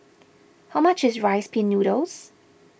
how much is Rice Pin Noodles